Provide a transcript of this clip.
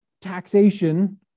taxation